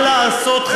מה לעשות,